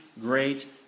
great